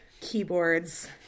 keyboards